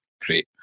great